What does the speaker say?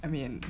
I mean